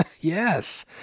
yes